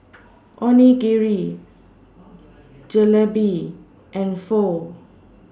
Onigiri Jalebi and Pho